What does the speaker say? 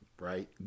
right